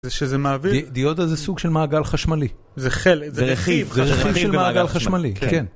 זה שזה מהאוויר? דיאודה זה סוג של מעגל חשמלי. זה חלק, זה רכיב חשמלי במעגל חשמלי, כן.